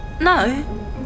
No